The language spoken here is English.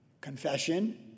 confession